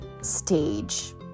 stage